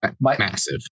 massive